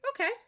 Okay